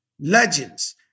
legends